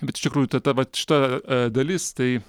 bet iš tikrųjų tai ta vat šita dalis tai